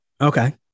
Okay